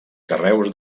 carreus